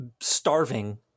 starving